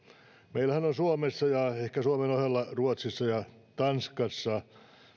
meillähän on suomessa ja ehkä suomen ohella ruotsissa ja tanskassa